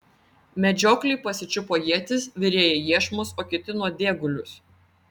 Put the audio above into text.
medžiokliai pasičiupo ietis virėjai iešmus o kiti nuodėgulius